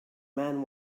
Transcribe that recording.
man